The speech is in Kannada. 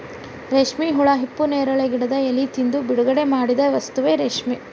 ರೇಶ್ಮೆ ಹುಳಾ ಹಿಪ್ಪುನೇರಳೆ ಗಿಡದ ಎಲಿ ತಿಂದು ಬಿಡುಗಡಿಮಾಡಿದ ವಸ್ತುವೇ ರೇಶ್ಮೆ